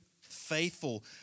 faithful